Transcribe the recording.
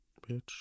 bitch